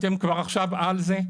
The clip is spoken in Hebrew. אתם כבר עכשיו על זה.